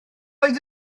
oedd